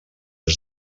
est